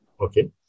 Okay